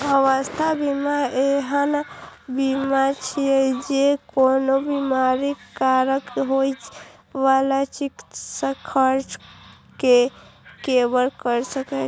स्वास्थ्य बीमा एहन बीमा छियै, जे कोनो बीमारीक कारण होइ बला चिकित्सा खर्च कें कवर करै छै